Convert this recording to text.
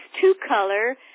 two-color